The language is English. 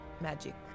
magic